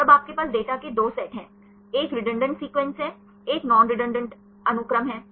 और अब आपके पास डेटा के दो सेट हैं एक रेडंडान्त अनुक्रम है एक नॉन रेडंडान्त अनुक्रम है